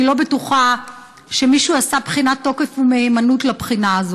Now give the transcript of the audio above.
אני לא בטוחה שמישהו עשה בחינת תוקף ומהימנות לבחינה הזאת.